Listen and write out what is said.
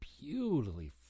beautifully